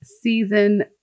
season